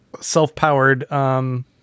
self-powered